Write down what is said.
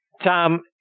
Tom